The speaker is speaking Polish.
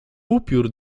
upiór